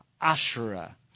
Asherah